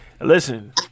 listen